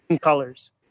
colors